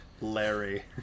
Larry